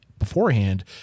Beforehand